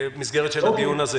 במסגרת של הדיון הזה.